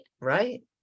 Right